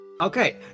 Okay